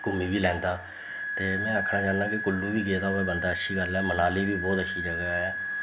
घूमी बी लैंदा ते में आखना चाह्न्ना कि कुल्लू बी गेदा होऐ बंदा अच्छी गल्ल ऐ मनाली बी बोह्त अच्छी जगह् ऐ